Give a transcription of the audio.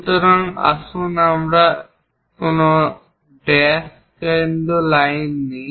কারণ আমাদের কোন কেন্দ্র ড্যাশড লাইন নেই